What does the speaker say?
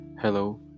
Hello